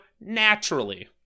naturally